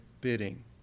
bidding